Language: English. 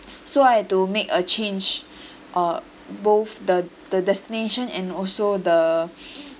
so I had to make a change err both the the destination and also the